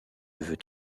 veut